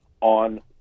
on